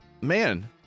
man